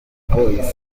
voice